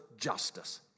justice